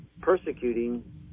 persecuting